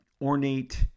ornate